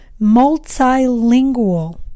multilingual